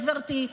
גברתי,